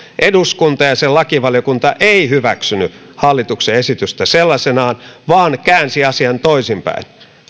eduskunta ja sen lakivaliokunta eivät hyväksyneet hallituksen esitystä sellaisenaan vaan käänsivät asian toisinpäin